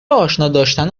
آشناداشتن